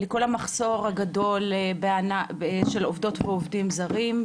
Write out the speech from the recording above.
לכל המחסור הגדול של עובדות ועובדים זרים,